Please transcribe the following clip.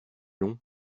long